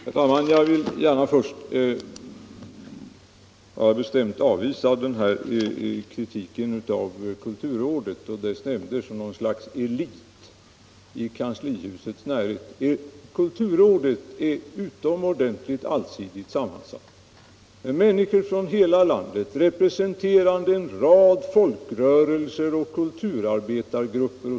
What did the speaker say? Herr talman! Jag vill först bestämt avvisa kritiken att kulturrådet och dess nämnder är något slags elit i kanslihusets närhet. Kulturrådet är utomordentligt allsidigt sammansatt. Det består av människor från hela landet representerande en rad folkrörelser och kulturarbetargrupper.